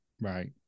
Right